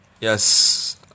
yes